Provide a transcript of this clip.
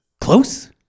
Close